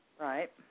Right